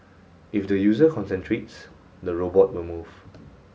if the user concentrates the robot will move